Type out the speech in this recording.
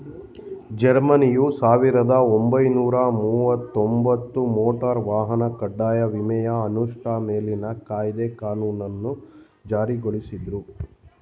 ಜರ್ಮನಿಯು ಸಾವಿರದ ಒಂಬೈನೂರ ಮುವತ್ತಒಂಬತ್ತು ಮೋಟಾರ್ ವಾಹನ ಕಡ್ಡಾಯ ವಿಮೆಯ ಅನುಷ್ಠಾ ಮೇಲಿನ ಕಾಯ್ದೆ ಕಾನೂನನ್ನ ಜಾರಿಗೊಳಿಸುದ್ರು